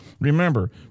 Remember